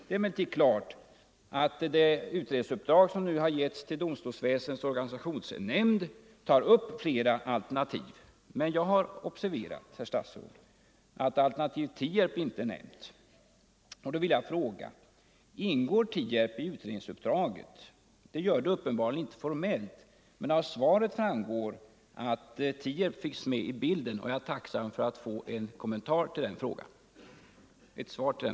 Det är klart att det utredningsuppdrag som givits domstolsväsendets organisationsnämnd tar upp flera alternativ. Jag har dock observerat, herr statsråd, att alternativet Tierp inte är nämnt. Då vill jag fråga: Ingår Tierp i ut redningsuppdraget? Det gör det uppenbarligen inte formellt, men av sva Nr 122 ret framgår att Tierp finns med i bilden, och jag är tacksam för att få Torsdagen den